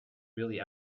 really